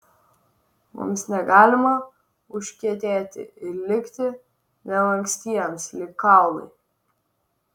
mums negalima užkietėti ir likti nelankstiems lyg kaulai